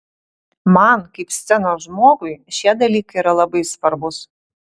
man kaip scenos žmogui šie dalykai yra labai svarbūs